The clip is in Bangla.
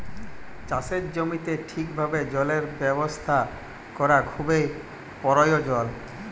চাষের জমিতে ঠিকভাবে জলের ব্যবস্থা ক্যরা খুবই পরয়োজল